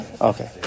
Okay